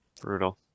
Brutal